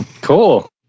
Cool